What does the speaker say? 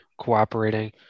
cooperating